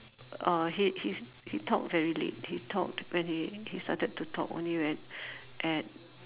uh he he he talked very late he talked when he he started to talk only when at